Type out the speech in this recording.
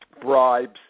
bribes